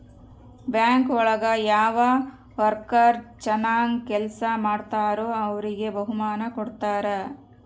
bank ಒಳಗ ಯಾವ worker ಚನಾಗ್ ಕೆಲ್ಸ ಮಾಡ್ತಾರೋ ಅವ್ರಿಗೆ ಬಹುಮಾನ ಕೊಡ್ತಾರ